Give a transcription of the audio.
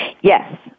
Yes